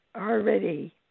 already